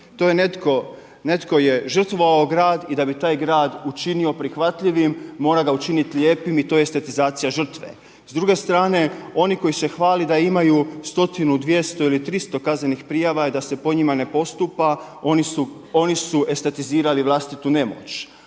netko je žrtvovao grad i da bi taj grad učinio prihvatljivim, mora ga učiniti lijepim i to je estetizacija žrtve. S druge strane oni koji se hvale da imaju stotinu, 200 ili 300 kaznenih prijava i da se po njima ne postupa oni su estetizirali vlastitu nemoć.